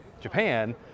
Japan